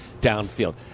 downfield